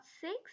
six